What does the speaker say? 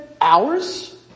hours